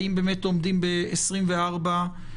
האם באמת עומדים ב-24 שעות?